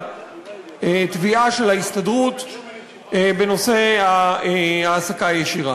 התביעה של ההסתדרות בנושא העסקה ישירה.